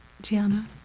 Gianna